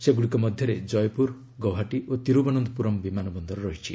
ସେଗୁଡ଼ିକ ମଧ୍ୟରେ ଜୟପୁର ଗୌହାଟୀ ଓ ତିରୁବନନ୍ତପୁରମ୍ ବିମାନ ବନ୍ଦର ରହିଛି